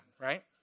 Right